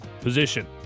position